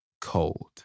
cold